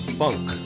funk